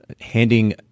handing